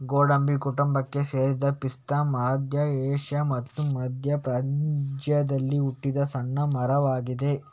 ಗೋಡಂಬಿ ಕುಟುಂಬಕ್ಕೆ ಸೇರಿದ ಪಿಸ್ತಾ ಮಧ್ಯ ಏಷ್ಯಾ ಮತ್ತೆ ಮಧ್ಯ ಪ್ರಾಚ್ಯದಲ್ಲಿ ಹುಟ್ಟಿದ ಸಣ್ಣ ಮರವಾಗಿದೆ